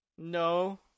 No